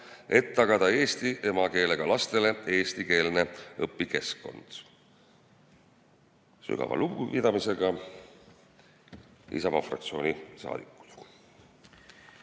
et tagada eesti emakeelega lastele eestikeelne õpikeskkond?" Sügava lugupidamisega Isamaa fraktsiooni saadikud.